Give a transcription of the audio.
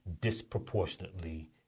disproportionately